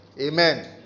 Amen